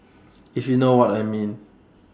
if you know what I mean